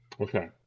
okay